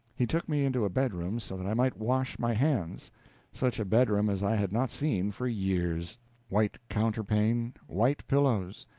he took me into a bedroom so that i might wash my hands such a bedroom as i had not seen for years white counterpane, white pillows,